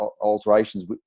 alterations